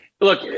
look